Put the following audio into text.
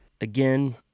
Again